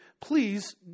please